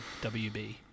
WB